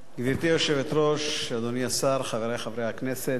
גברתי היושבת-ראש, אדוני השר, חברי חברי הכנסת,